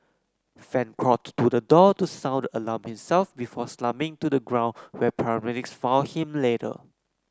fan crawled to the door to sound the alarm himself before slumping to the ground where paramedics found him later